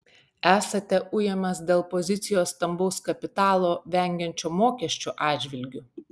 esate ujamas dėl pozicijos stambaus kapitalo vengiančio mokesčių atžvilgiu